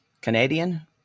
Canadian